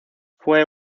fue